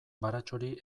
baratxuri